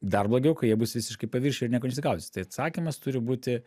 dar blogiau kai jie bus visiškai paviršiuj ir nieko nesigaudys tai atsakymas turi būti